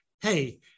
hey